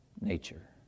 nature